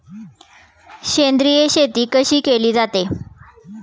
सेंद्रिय शेती कशी केली जाते?